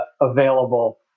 available